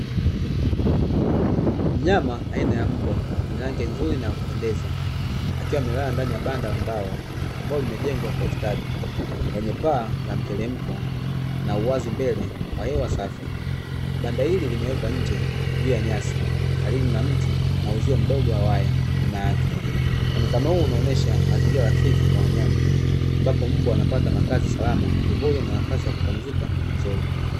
Mnyama aina ya mbwa mwenzake nzuri na kupendeza. Akiwa amelala ndani ya banda la mbao ambalo limejengwa kwa ustadi Yenye paa na mteremko Na uwazi mbele kwa hewa safi, Banda hili limewekwa nje juu ya nyasi karibu na mtu na uzito mdogo wa awaya mayai Muonekano huu unaonesha mazingira rafiki kwa wanyama Ambapo mbwaanapata makazi salama kivuli na nafasi ya kupumzika vizuri.